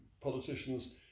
politicians